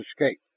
escape